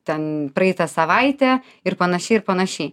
ten praeitą savaitę ir panašiai ir panašiai